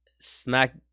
smack